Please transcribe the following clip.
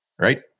right